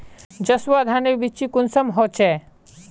जसवा धानेर बिच्ची कुंसम होचए?